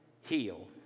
heal